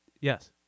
Yes